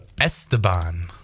Esteban